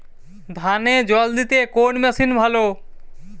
ধানে জল দিতে কোন মেশিন ভালো?